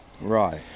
Right